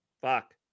Fuck